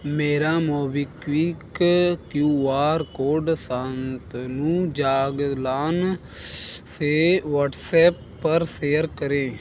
मेरा MobiKwik Q R code Shantanu Jaglan से WhatsApp पर सेयर करें